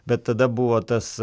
bet tada buvo tas